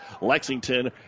Lexington